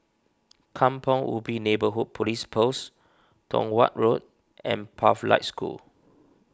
Kampong Ubi Neighbourhood Police Post Tong Watt Road and Pathlight School